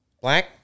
Black